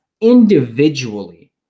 individually